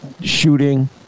shooting